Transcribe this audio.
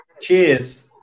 Cheers